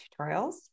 tutorials